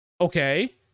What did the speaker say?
Okay